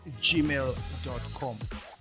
gmail.com